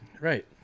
Right